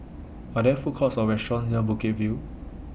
Are There Food Courts Or restaurants near Bukit View